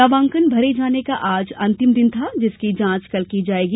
नामांकन भरे जाने का आज अंतिम दिन था जिसकी जांच कल की जायेगी